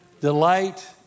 delight